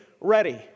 ready